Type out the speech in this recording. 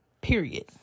Period